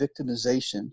victimization